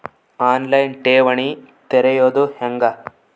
On line ಠೇವಣಿ ತೆರೆಯೋದು ಹೆಂಗ?